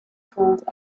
called